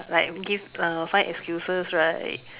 like give uh find excuses right